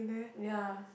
ya